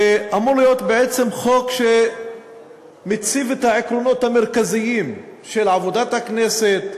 שאמור להיות בעצם חוק שמציב את העקרונות המרכזיים של עבודת הכנסת,